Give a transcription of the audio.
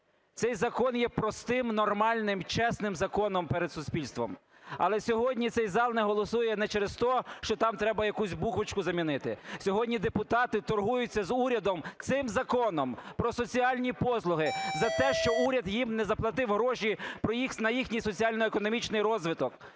Цей закон є простим, нормальним, чесним законом перед суспільством. Але сьогодні цей зал не голосує не через то, що там треба якусь буквочку замінити. Сьогодні депутати торгуються з урядом цим Законом про соціальні послуги за те, що уряд їм не заплатив гроші на їхній соціально-економічний розвиток.